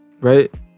Right